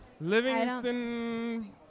Livingston